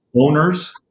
owners